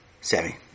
Sammy